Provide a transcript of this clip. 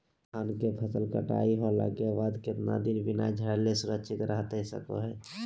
धान के फसल कटाई होला के बाद कितना दिन बिना झाड़ले सुरक्षित रहतई सको हय?